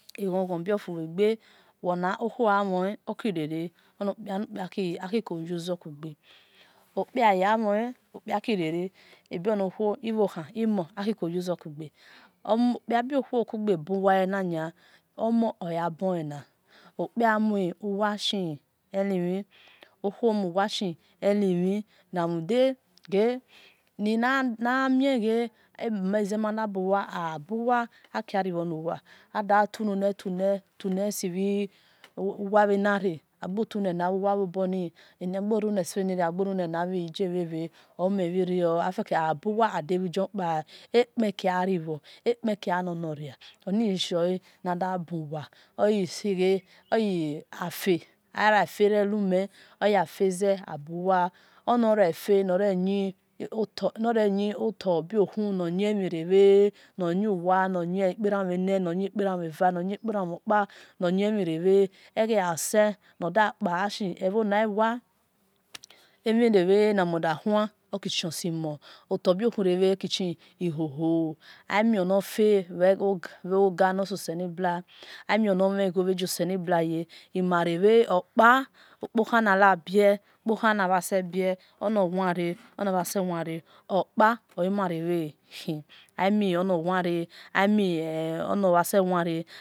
Eghon-ghon biopuage onowho avn okirere akieo use e kuga okpi-kpa akiarn okpi-kpa kierere obinuho ivann imo akieousezuga okpi-kpa biuho uga bieuwa enana omo eabibina okpi-kpa muwashleni ouho muwashleni naudaga nina ninamege abizemana biwa akiare auwa adition tion tion tunlesio wavanara agotwo nieuwanioben agesionra agorulesiagrara omearo afikabiwa adavijpaa ekakia reo epakia lenaria onisha nadabiwa eisege eisege afia arafia reule oofiazeabuwa onarefia maremotabonu nayamierere namiuwia amipare mina amipare mina eva amiparemina oka noyamireve ega asewedapa ashiovoni wiea anirere namodalhi okisheomo otabiurea kichihoho-o aminfia ogenasoselebua aminamelguo vageoselebuaya marehiopa uko hini bia namasebia onowere onomasewunre okpaoimarere ni amianawere.